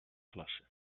klasy